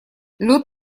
лед